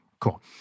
Cool